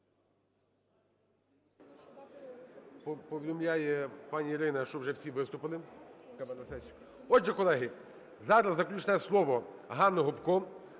Повідомляє пані Ірина, що вже всі виступили. Отже, колеги, зараз заключне слово ГанниГопко,